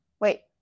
wait